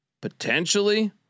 Potentially